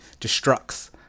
destructs